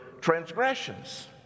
transgressions